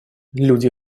люди